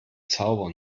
zaubern